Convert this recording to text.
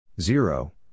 zero